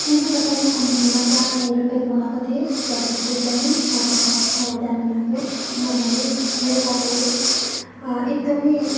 मैले तपाईँको कम्पनीबाट हेयर ओइल मगाएको थिएँ प्रडक्ट चाहिँ एकदमै मजाको मलाई दामी लाग्यो किनभने मेरो कपाल एकदमै